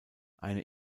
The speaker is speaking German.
eine